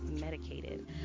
medicated